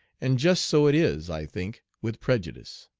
and just so it is, i think, with prejudice.